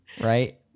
right